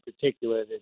particular